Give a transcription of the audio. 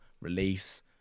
release